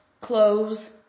clothes